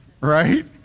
right